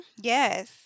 Yes